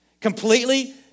Completely